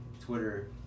Twitter